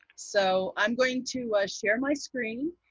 so i'm going to share my screen,